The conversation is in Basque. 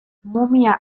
mumia